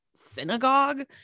synagogue